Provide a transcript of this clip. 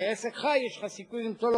אבל אין ספק שנשאלות כאן שאלות